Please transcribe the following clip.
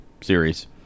series